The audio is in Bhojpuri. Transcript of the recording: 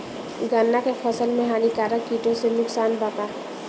गन्ना के फसल मे हानिकारक किटो से नुकसान बा का?